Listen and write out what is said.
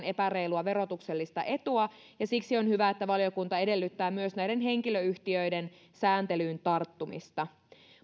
epäreilua verotuksellista etua ja siksi on hyvä että valiokunta edellyttää myös näiden henkilöyhtiöiden sääntelyyn tarttumista